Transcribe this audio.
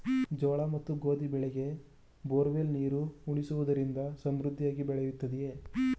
ಜೋಳ ಮತ್ತು ಗೋಧಿ ಬೆಳೆಗೆ ಬೋರ್ವೆಲ್ ನೀರು ಉಣಿಸುವುದರಿಂದ ಸಮೃದ್ಧಿಯಾಗಿ ಬೆಳೆಯುತ್ತದೆಯೇ?